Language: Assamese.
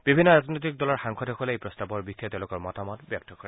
বিভিন্ন ৰাজনৈতিক দলৰ সাংসদসকলে এই প্ৰস্তাৱৰ বিষয়ে তেওঁলোকৰ মতামত ব্যক্ত কৰে